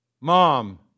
Mom